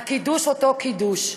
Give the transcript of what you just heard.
הקידוש אותו קידוש.